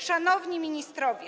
Szanowni Ministrowie!